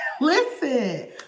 Listen